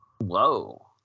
Whoa